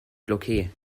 bloquée